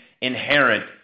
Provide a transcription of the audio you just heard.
inherent